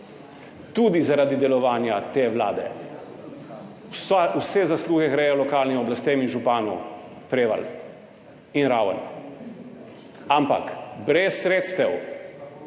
tudi zaradi delovanja te vlade. Vse zasluge gredo lokalnim oblastem in županoma Prevalj in Raven. Ampak brez sredstev,